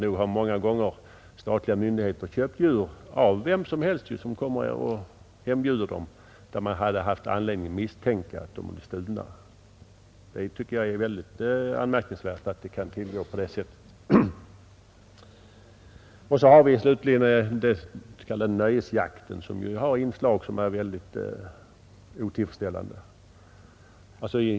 Statliga myndigheter köper många gånger upp djur av vem som helst som erbjuder dem, och där man borde ha anledning misstänka att djuren är stulna. Jag finner det mycket anmärkningsvärt att något sådant kan försiggå. Slutligen har den s.k. nöjesjakten vissa mycket otillfredsställande inslag.